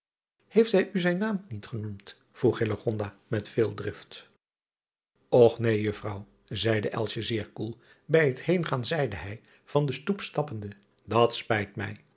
eeft hij u zijn naam niet genoemd vroeg driaan oosjes zn et leven van illegonda uisman met veel drift ch neen uffrouw zeide zeer koel ij het heengaan zeide hij van de stoep stappende at spijt mij